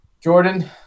Jordan